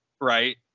right